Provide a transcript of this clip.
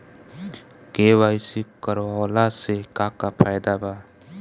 KYC करवला से का का फायदा बा?